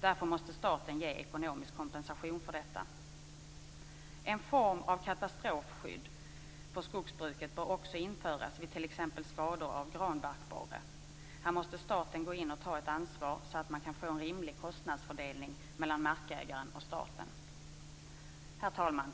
Därför måste staten ge ekonomisk kompensation för detta. En form av katastrofskydd för skogsbruket bör också införas vid t.ex. skador av granbarkborre. Här måste staten gå in och ta ett ansvar så att man kan få en rimlig kostnadsfördelning mellan markägaren och staten. Herr talman!